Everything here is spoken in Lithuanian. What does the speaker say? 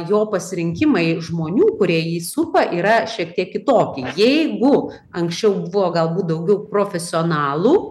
jo pasirinkimai žmonių kurie jį supa yra šiek tiek kitoki jeigu anksčiau buvo galbūt daugiau profesionalų